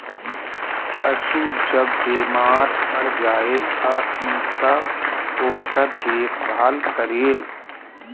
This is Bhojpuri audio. पशु जब बेमार पड़ जाए त इ सब ओकर देखभाल करेल